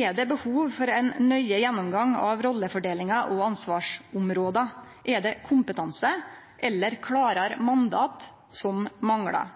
Er det behov for ein nøye gjennomgang av rollefordelinga og ansvarsområda? Er det kompetanse eller klarare mandat som manglar?